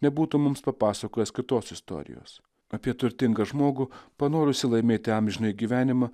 nebūtų mums papasakojęs kitos istorijos apie turtingą žmogų panorusį laimėti amžinąjį gyvenimą